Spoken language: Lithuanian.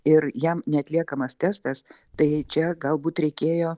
ir jam neatliekamas testas tai čia galbūt reikėjo